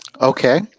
okay